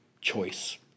choice